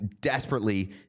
desperately